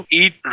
eat